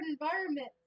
environment